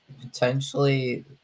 potentially